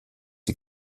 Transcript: die